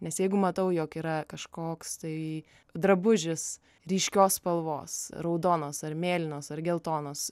nes jeigu matau jog yra kažkoks tai drabužis ryškios spalvos raudonos ar mėlynos ar geltonos